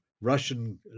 Russian